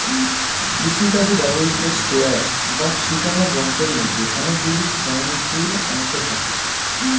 কৃষিকাজে ব্যবহৃত স্প্রেয়ার বা ছিটোনো যন্ত্রের মধ্যে অনেকগুলি স্বয়ংক্রিয় অংশ থাকে